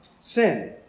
sin